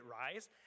rise